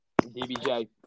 DBJ